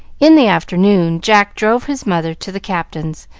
in the afternoon jack drove his mother to the captain's,